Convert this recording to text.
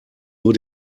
nur